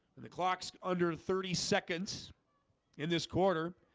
the clocks under thirty seconds in this quarter